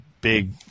big